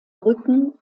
rücken